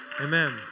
Amen